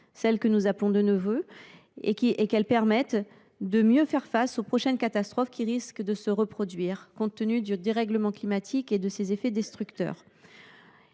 Celle que nous appelons de nos vœux doit permettre de mieux faire face aux prochaines catastrophes qui risquent de se produire, compte tenu du dérèglement climatique et de ses effets destructeurs.